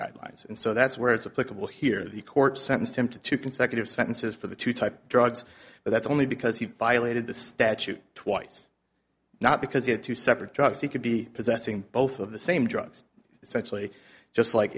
guidelines and so that's where it's a political here the court sentenced him to two consecutive sentences for the two type drugs but that's only because he violated the statute twice not because he had two separate drugs he could be possessing both of the same drugs essentially just like